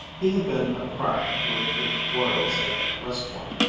he had been a crack with the foils at west point,